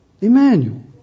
Emmanuel